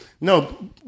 No